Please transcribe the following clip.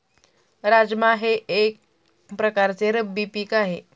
राजमा हे एक प्रकारचे रब्बी पीक आहे